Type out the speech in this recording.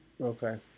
okay